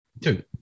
Two